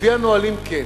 על-פי הנהלים כן,